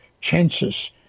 Chances